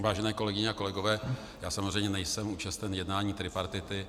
Vážené kolegyně a kolegové, já samozřejmě nejsem účasten jednání tripartity.